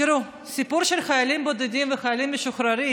תראו, הסיפור של חיילים בודדים וחיילים משוחררים